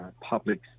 public